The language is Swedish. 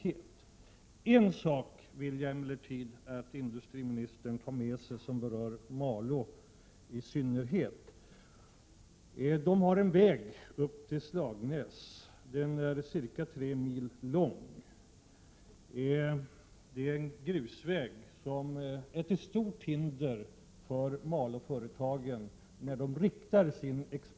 En fråga som särskilt berör Malå skulle jag emellertid vilja att industriministern tog sig an. Där finns en ca 3 mil lång grusväg fram till Slagnäs. Dess tillstånd är till stort hinder för Malåföretagens export till Norge.